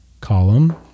column